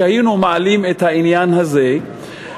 שהיינו מעלים את העניין הזה,